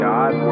God